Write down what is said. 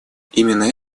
именно